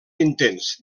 intents